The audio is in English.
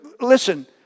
Listen